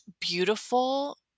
beautiful